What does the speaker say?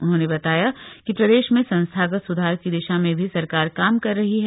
उन्होंने बताया कि प्रदेश में संस्थागत सुधार की दिशा में भी सरकार काम कर रही है